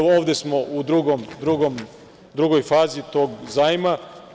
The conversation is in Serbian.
Ovde smo u drugoj fazi tog zajma.